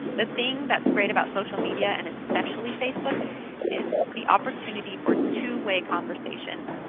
the thing that is great about social media and especially facebook is the opportunity for two way conversation.